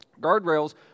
Guardrails